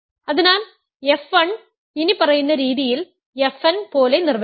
അതിനാൽ f 1 ഇനിപ്പറയുന്ന രീതിയിൽ f n പോലെ നിർവചിക്കുക